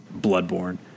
Bloodborne